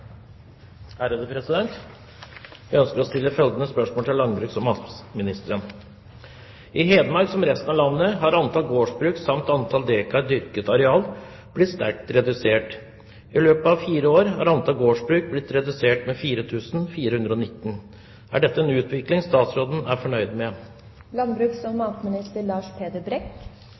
til landbruks- og matministeren: «I Hedmark, som i resten av landet, har antall gårdsbruk samt antall dekar dyrket areal blitt sterkt redusert. I løpet av fire år har antall gårdsbruk blitt redusert med 4 419. Er dette en utvikling statsråden er fornøyd med?» Hedmark er et stort og